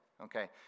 Okay